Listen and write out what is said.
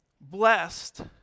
Blessed